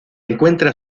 encuentra